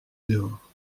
dehors